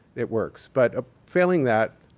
it works. but ah failing that,